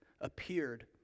appeared